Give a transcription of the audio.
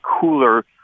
cooler